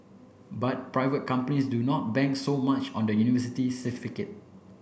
but private companies do not bank so much on the university certificate